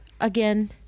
again